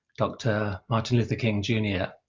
dr. martin luther king jr.